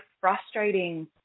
frustrating